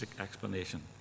explanation